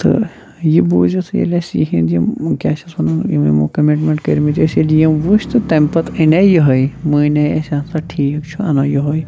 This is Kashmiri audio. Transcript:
تہٕ یہِ بوٗزِتھ ییٚلہِ اَسہِ یِہِنٛدۍ یِم کیٛاہ چھِ اَتھ وَنان یِم یِمو کَمِٹمٮ۪نٛٹ کٔرۍمٕتۍ أسۍ ییٚلہِ یِم وٕچھ تہٕ تَمہِ پَتہٕ اَنے یِہوٚے مانے اَسہِ آد سا ٹھیٖک چھُ اَنو یِہوٚے